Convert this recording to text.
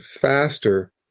faster